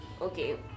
okay